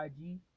IG